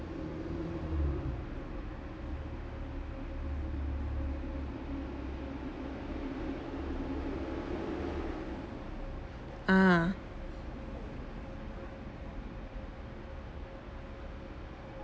ah